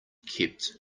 kept